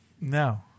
No